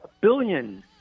billion